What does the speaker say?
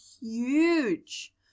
huge